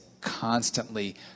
constantly